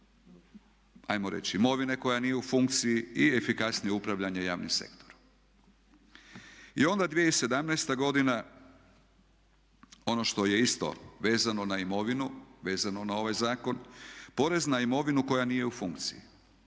imovine koja nije u funkciji i efikasnije upravljanje javnim sektorom. I onda 2017.godina, ono što je isto vezano na imovinu, vezano na ovaj zakon porez na imovinu koja nije u funkciji.